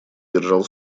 держал